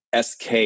SK